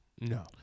No